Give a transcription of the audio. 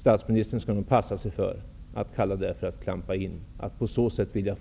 Statsministern skall nog passa sig för att kalla det för att klampa in, att hos folket vilja